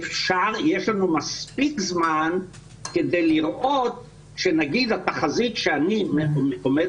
יש לנו מספיק זמן כדי לראות שנגיד התחזית שאני עומד